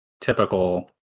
typical